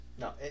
No